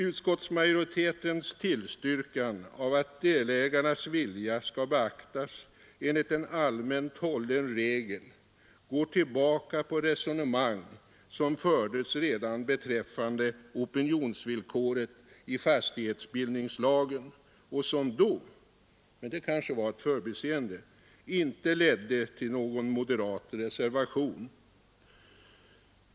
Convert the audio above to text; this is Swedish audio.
Utskottsmajoritetens tillstyrkan av att delägarnas vilja skall beaktas enligt en allmänt hållen regel går tillbaka på resonemang som fördes redan beträffande opinionsvillkoret i fastighetsbildningslagen och som då — det var kanske ett förbiseende — inte ledde till någon moderat reservation.